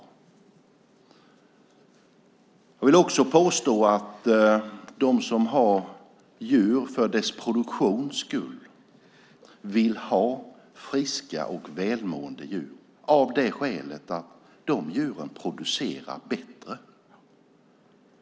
Jag vill vidare påstå att de som har djur för produktionens skull vill ha friska och välmående djur av det skälet att de djuren producerar bättre.